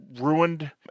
ruined